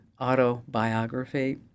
autobiography